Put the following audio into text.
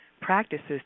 practices